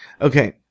Okay